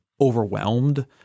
overwhelmed